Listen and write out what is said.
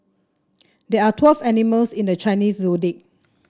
there are twelve animals in the Chinese Zodiac